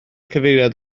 cyfeiriad